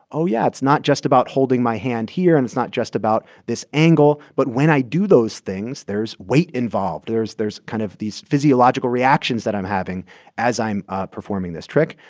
oh, yeah, it's not just about holding my hand here, and it's not just about this angle. but when i do those things, there's weight involved. there's there's kind of these physiological reactions that i'm having as i'm performing this trick.